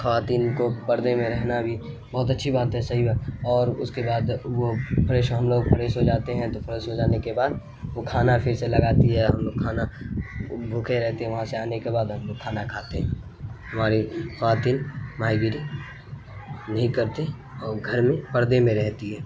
خواتین کو پردے میں رہنا بھی بہت اچھی بات ہے صحیح بات اور اس کے بعد وہ فریش ہم لوگ فریش ہو جاتے ہیں تو فریش ہو جانے کے بعد وہ کھانا پھر سے لگاتی ہے ہم لوگ کھانا بھوکے رہتے ہیں وہاں سے آنے کے بعد ہم لوگ کھانا کھاتے ہیں ہماری خواتین ماہی گیری نہیں کرتی اور وہ گھر میں پردے میں رہتی ہے